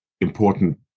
important